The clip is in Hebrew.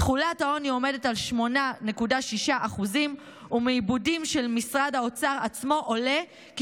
תחולת העוני עומדת על 8.6%. מעיבודים של משרד האוצר עצמו עולה כי